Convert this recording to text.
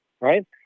right